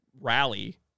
rally